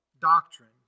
doctrine